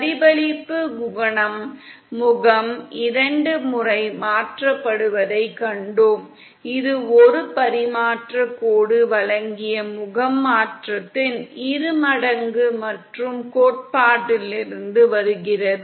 பிரதிபலிப்பு குணகம் முகம் இரண்டு முறை மாற்றப்படுவதைக் கண்டோம் இது ஒரு பரிமாற்றக் கோடு வழங்கிய முகம் மாற்றத்தின் இரு மடங்கு மற்றும் கோட்பாட்டிலிருந்து வருகிறது